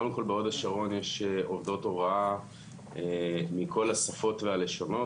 קודם כל בהוד השרון יש עובדות הוראה מכל השפות והלשונות,